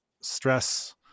stress